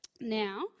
Now